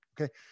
Okay